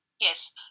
Yes